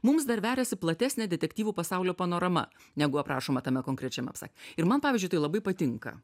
mums dar veriasi platesnė detektyvų pasaulio panorama negu aprašoma tame konkrečiame apsa ir man pavyzdžiui labai patinka